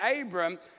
Abram